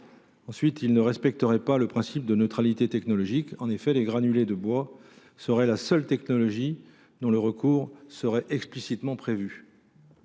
amendement ne respecteraient pas le principe de neutralité technologique. En effet, les granulés de bois seraient la seule technologie à laquelle il serait explicitement prévu